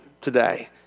today